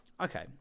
Okay